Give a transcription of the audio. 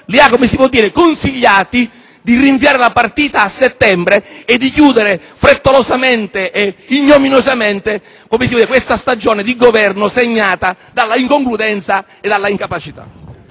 il Governo - li ha consigliati di rinviare la partita a settembre e di chiudere frettolosamente e ignominiosamente questa stagione di Governo, segnata dall'inconcludenza e dall'incapacità.